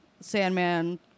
sandman